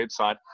website